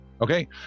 Okay